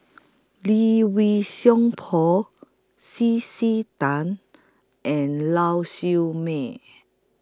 Lee Wei Song Paul C C Tan and Lau Siew Mei